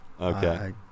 Okay